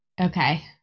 Okay